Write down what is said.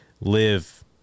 live